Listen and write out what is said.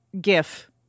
gif